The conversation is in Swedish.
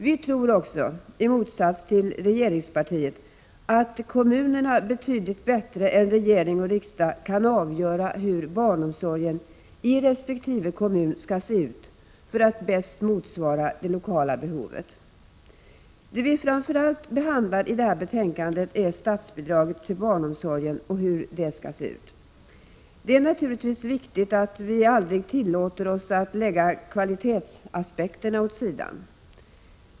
Vi tror också, i motsats till regeringspartiet, att kommunerna betydligt bättre än regering och riksdag kan avgöra hur barnomsorgen i resp. kommun skall se ut för att bäst motsvara det lokala behovet. Det vi framför allt behandlar i det här betänkandet är statsbidraget till barnomsorgen och hur det skall utformas. Det är naturligtvis viktigt att vi aldrig tillåter oss att lägga kvalitetsaspekterna åt sidan.